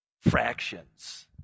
fractions